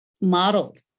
modeled